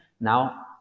Now